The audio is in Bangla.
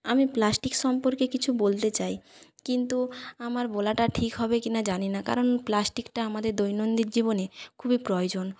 আমি প্লাস্টিক সম্পর্কে কিছু বলতে চাই কিন্তু আমার বলাটা ঠিক হবে কি না জানি না কারণ প্লাস্টিকটা আমাদের দৈনন্দিন জীবনে খুবই প্রয়োজন